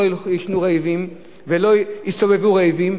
רק שלא יהיו רעבים ולא יסתובבו רעבים,